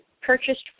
purchased